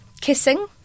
Kissing